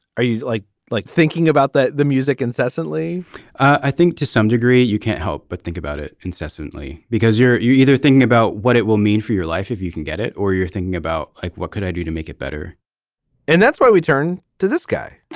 are you like like thinking about the the music incessantly i think to some degree you can't help but think about it incessantly because you're either thinking about what it will mean for your life if you can get it or you're thinking about like what could i do to make it better and that's why we turn to this guy